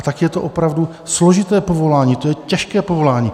Tak je to opravdu složité povolání, to je těžké povolání.